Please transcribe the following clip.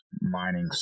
mining